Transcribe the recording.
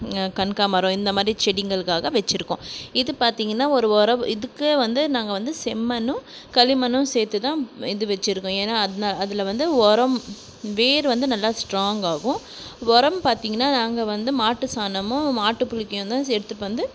கனகாமரம் இந்தமாதிரி செடிங்களுக்காக வச்சுருக்கோம் இது பார்த்திங்கன்னா ஒரு வாரம் இதுக்கே வந்து நாங்கள் வந்து செம்மண்ணும் களிமண்ணும் சேர்த்துதான் இது வச்சுருக்கோம் ஏன்னா அது அதில் வந்து உரம் வேர் வந்து நல்லா ஸ்ட்ராங் ஆகும் உரம் பார்த்திங்கன்னா நாங்கள் வந்து மாட்டு சாணமும் ஆட்டு புழுக்கையும்தான் எடுத்துகிட்டு வந்து